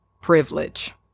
privilege